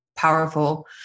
powerful